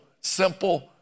simple